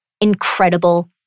incredible